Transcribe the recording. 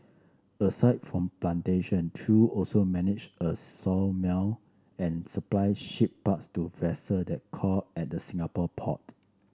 aside from plantation Chew also managed a sawmill and supplied ship parts to vessel that called at the Singapore port